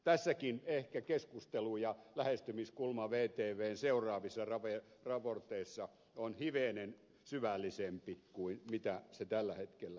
tässäkin ehkä keskustelu ja lähestymiskulma vtvn seuraavissa raporteissa ovat hivenen syvällisempiä kuin se lähestymiskulma tällä hetkellä on